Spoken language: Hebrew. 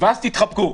ואז תתחבקו.